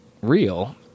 real